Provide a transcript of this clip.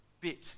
bit